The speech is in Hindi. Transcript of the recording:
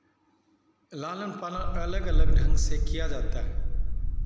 लालन पालन अलग अलग ढंग से किया जाता है